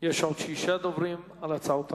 יש עוד שישה דוברים על הצעות החוק.